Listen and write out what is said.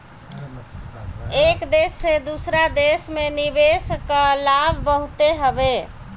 एक देस से दूसरा देस में निवेश कअ लाभ बहुते हवे